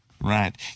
Right